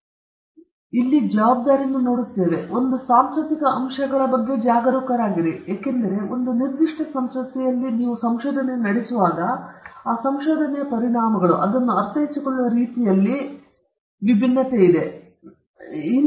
ಇಲ್ಲಿ ಮತ್ತೆ ನಾವು ಜವಾಬ್ದಾರಿಯನ್ನು ನೋಡುತ್ತಿದ್ದೇವೆ ಒಂದು ಸಾಂಸ್ಕೃತಿಕ ಅಂಶಗಳ ಬಗ್ಗೆ ಜಾಗರೂಕರಾಗಿರಿ ಏಕೆಂದರೆ ಒಂದು ನಿರ್ದಿಷ್ಟ ಸಂಸ್ಕೃತಿಯಲ್ಲಿ ಒಂದು ಸಂಶೋಧನೆಯು ನಡೆಯುವಾಗ ಆ ಸಂಶೋಧನೆಯ ಪರಿಣಾಮಗಳು ಅದನ್ನು ಅರ್ಥೈಸಿಕೊಳ್ಳುವ ರೀತಿಯಲ್ಲಿ ಒಂದೇ ರೀತಿಯ ಸಂಶೋಧನೆಯು ಕೆಲವು ನಿರ್ದಿಷ್ಟ ಇತರ ಸಂಸ್ಕೃತಿ